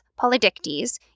Polydictes